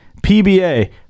PBA